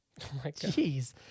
Jeez